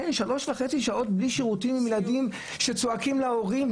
שלוש שעות וחצי בלי שירותים עם ילדים שצועקים להורים,